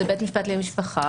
זה בית משפט למשפחה,